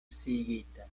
sciigita